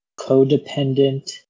codependent